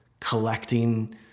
collecting